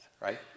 right